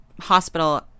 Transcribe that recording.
hospital